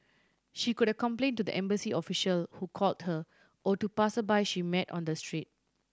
she could complain to the embassy official who called her or to passersby she met on the street